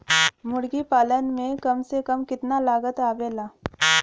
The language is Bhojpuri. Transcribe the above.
मुर्गी पालन में कम से कम कितना लागत आवेला?